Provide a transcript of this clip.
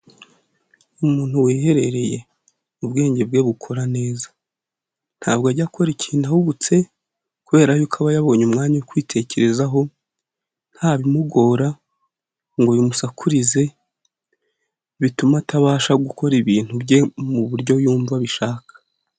Umuntu wiherereye ubwenge bwe bukura neza ntabwo ajya akora ikintu ahubutse, kubera y'uko aba yabonye umwanya wo kwitekerezaho nta bimugora ngo bimusakurize bituma atabasha gukora ibintu bye mu buryo yumva abishaka.